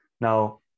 now